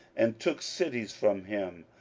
and took cities from him,